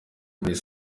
des